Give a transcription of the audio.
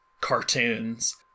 cartoons